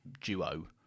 duo